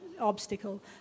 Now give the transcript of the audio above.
obstacle